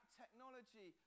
technology